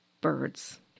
birds